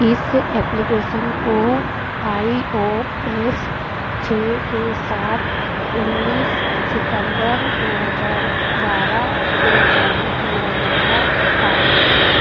इस एप्लिकेसन को I O S छः के साथ उन्नीस सितम्बर दो हज़ार बारह को जारी किया गया था